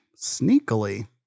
sneakily